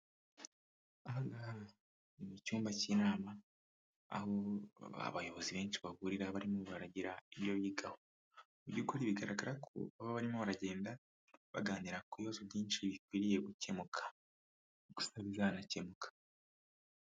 Aha ngaha ni mu cyumba cy'inama aho abayobozi benshi bahurira barimo baragira ibyo bigaho mu by'ukuri bigaragara ko baba barimo baragenda baganira ku bibazo byinshi bikwiriye gukemuka gusa bizanakemuka.